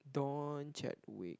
Don Chadwick